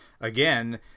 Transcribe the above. again